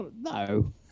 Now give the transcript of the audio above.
No